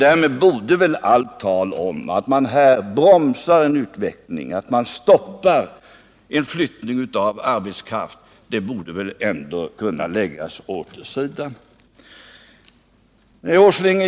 Därmed borde väl allt tal om att man här bromsar en utveckling och stoppar en flyttning av arbetskraft kunna läggas åt sidan.